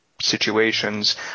situations